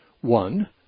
one